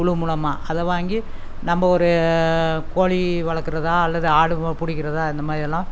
குழு மூலமாக அதை வாங்கி நம்ம ஒரு கோழி வளர்க்குறதா அல்லது ஆடு பிடிக்கிறதா இந்த மாதிரி எல்லாம்